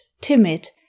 timid